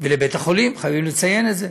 ולבית החולים, חייבים לציין את זה,